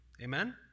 Amen